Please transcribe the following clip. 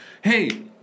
Hey